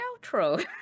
outro